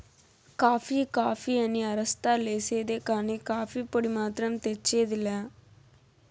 coffee coffee అని అరస్తా లేసేదే కానీ, కాఫీ పొడి మాత్రం తెచ్చేది లా